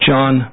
John